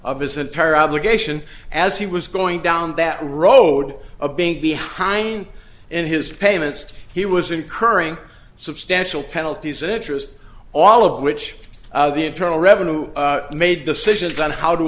of his entire obligation as he was going down that road of being behind in his payments he was incurring substantial penalties and interest all of which the internal revenue made decisions on how to